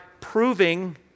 proving